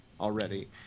already